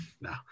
no